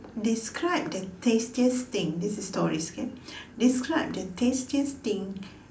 describe the tastiest thing this is stories okay describe the tastiest thing